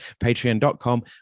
Patreon.com